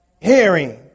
hearing